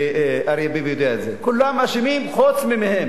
אריה ביבי יודע את זה, כולם אשמים חוץ מהם.